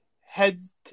heads